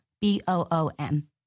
B-O-O-M